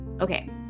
Okay